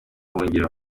buhungiro